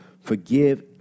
Forgive